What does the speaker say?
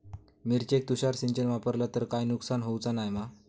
मिरचेक तुषार सिंचन वापरला तर काय नुकसान होऊचा नाय मा?